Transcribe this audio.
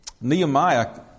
Nehemiah